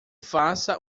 faça